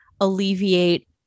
alleviate